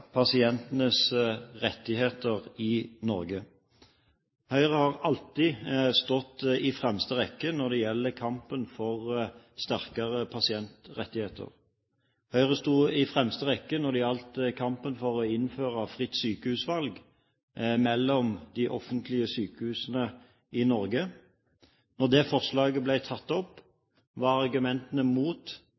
pasientenes rettigheter i Norge. Høyre har alltid stått i fremste rekke når det gjelder kampen for sterkere pasientrettigheter. Høyre sto i fremste rekke når det gjaldt kampen for å innføre fritt sykehusvalg mellom de offentlige sykehusene i Norge. Da det forslaget ble tatt opp, var argumentene imot nøyaktig de samme argumentene som brukes mot